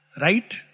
Right